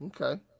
Okay